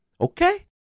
Okay